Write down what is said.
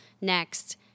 Next